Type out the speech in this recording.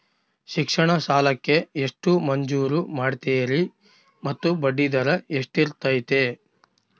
ಶಿಕ್ಷಣ ಸಾಲಕ್ಕೆ ಎಷ್ಟು ಮಂಜೂರು ಮಾಡ್ತೇರಿ ಮತ್ತು ಬಡ್ಡಿದರ ಎಷ್ಟಿರ್ತೈತೆ?